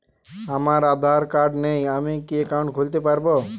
আমার আধার কার্ড নেই আমি কি একাউন্ট খুলতে পারব?